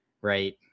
Right